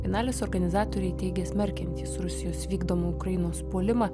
bienalės organizatoriai teigė smerkiantys rusijos vykdomą ukrainos puolimą